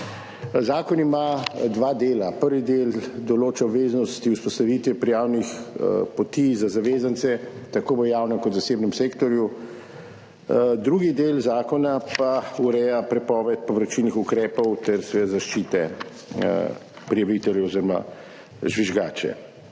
Zakon ima dva dela. Prvi del določa obveznosti vzpostavitve prijavnih poti za zavezance tako v javnem kot v zasebnem sektorju. Drugi del zakona pa ureja prepoved povračilnih ukrepov ter zaščito prijaviteljev oziroma žvižgačev.